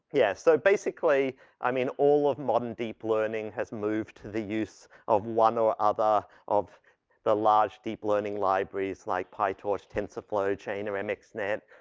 yeah so basically i mean all of modern deep learning has moved to the use of one or other of the large deep learning libraries like pytorch tensorflow, chainer or mxnet